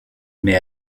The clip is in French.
mais